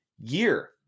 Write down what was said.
year